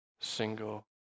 single